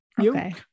Okay